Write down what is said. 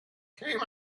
came